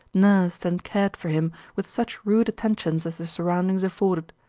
nursed and cared for him with such rude attentions as the surroundings afforded.